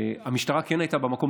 המשטרה כן הייתה במקום.